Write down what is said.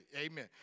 Amen